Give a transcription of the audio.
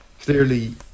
Clearly